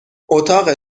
اتاق